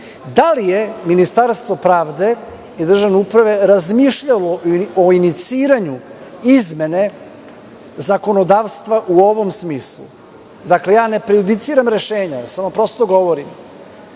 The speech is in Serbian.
da li je Ministarstvo pravde i državne uprave razmišljalo o iniciranju izmene zakonodavstva u ovom smislu? Dakle, ne prejudiciram rešenje, samo prosto govorim.